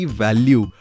value